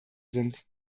sind